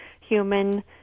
human